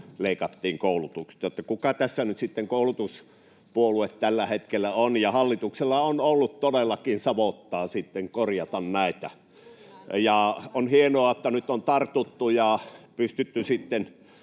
leikattiin koulutuksesta. Että kuka tässä nyt sitten koulutuspuolue tällä hetkellä on? Hallituksella on ollut todellakin savottaa sitten korjata näitä. On hienoa, että nyt on tartuttu ja pystytty